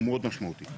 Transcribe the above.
הוא משמעותי מאוד.